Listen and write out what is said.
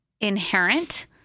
inherent